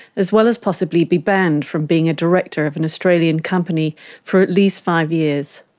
as well as possibly be banned from being a director of an australian company for at least five years.